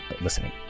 listening